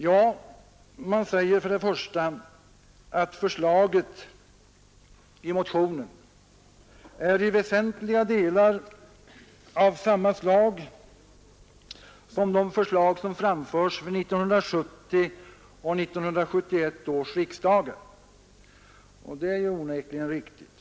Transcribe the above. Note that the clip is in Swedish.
Jo, utskottet säger för det första att förslaget i väsentliga delar är av samma innehåll som de förslag som framförts vid 1970 och 1971 års riksdagar. Det är onekligen riktigt.